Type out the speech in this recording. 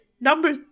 number